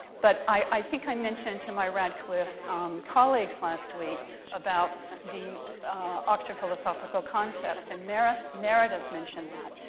but i think i mentioned to my radcliffe colleagues last week about the oxford philosophical concepts. and meredith meredith mentioned that.